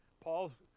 Paul's